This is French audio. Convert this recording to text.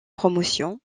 promotion